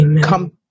Come